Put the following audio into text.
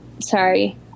sorry